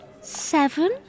Seven